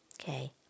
Okay